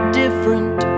different